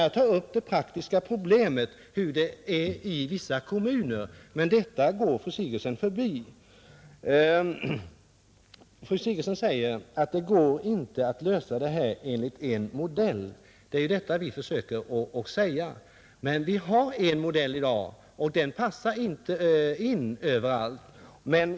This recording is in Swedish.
Jag tog upp det praktiska problemet, alltså hur det ligger till i vissa kommuner, men den saken gick fru Sigurdsen förbi. Vidare sade fru Sigurdsen att det inte går att lösa detta problem enligt en enda modell, och det är precis vad vi försöker att säga. Men i dag har vi en modell, och den passar inte in överallt.